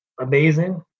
amazing